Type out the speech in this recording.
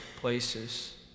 places